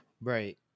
Right